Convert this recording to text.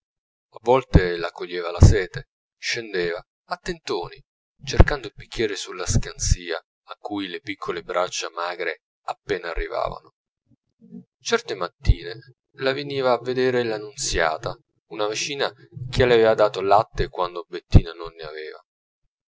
a volte la coglieva la sete scendeva a tentoni cercando il bicchiere sulla scanzia a cui le sue piccole braccia magre appena arrivavano certe mattine la veniva a vedere la nunziata una vicina che le avea dato latte quando bettina non ne aveva